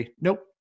Nope